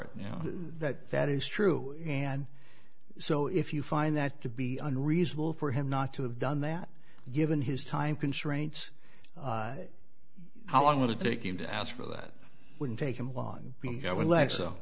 you know that that is true and so if you find that to be unreasonable for him not to have done that given his time constraints how long would it take him to ask for that wouldn't take him long